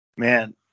Man